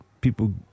people